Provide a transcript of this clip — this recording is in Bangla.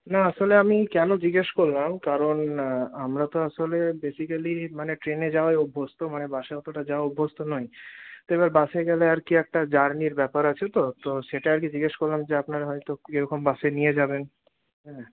না আসলে আমি কেন জিজ্ঞেস করলাম কারণ আমরা তো আসলে বেসিক্যালি মানে ট্রেনে যাওয়ায় অভ্যস্ত মানে বাসে অতটা যাওয়া অভ্যস্ত নই তো এবার বাসে গেলে আর কি একটা জার্নির ব্যাপার আছে তো তো সেটা আর কি জিজ্ঞেস করলাম যে আপনারা হয়তো কিরকম বাসে নিয়ে যাবেন হ্যাঁ